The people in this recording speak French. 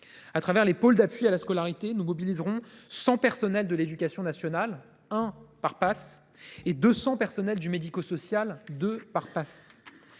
Au travers des pôles d’appui à la scolarité, nous mobiliserons 100 personnels de l’éducation nationale, à raison de 1 par PAS, et 200 personnels du médico social, à raison